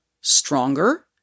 stronger